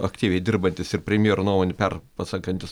aktyviai dirbantis ir premjero nuomonę perpasakantis